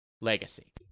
legacy